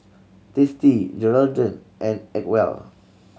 Tasty Geraldton and Acwell